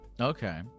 Okay